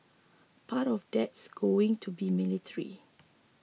part of that's going to be military